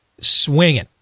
swinging